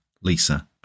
Lisa